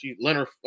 Leonard